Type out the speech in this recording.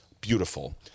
beautiful